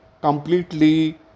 completely